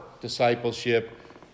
discipleship